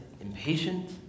impatient